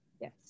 Yes